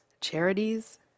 charities